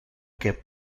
que